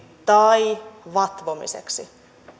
tai vatvomiseksi